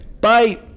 Bye